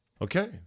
Okay